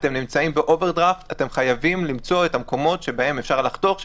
ושאנחנו נמצאים באוברדרפט וחייבים למצוא את המקומות שבהם אפשר לחתוך.